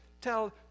tell